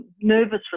nervous